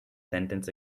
sentence